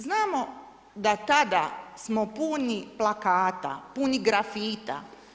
Znamo da tada smo puni plakata, puni grafita.